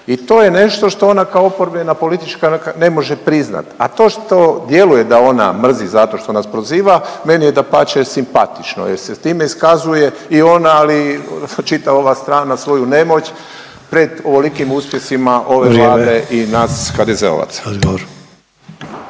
i to je nešto što ona kao oporbena političarka ne može priznat. A što to djeluje ona mrzi zato što nas proziva meni je dapače simpatično jer se time iskazuje i ona, ali i čitava ova strana svoju nemoć pred ovolikim uspjesima …/Upadica Sanader: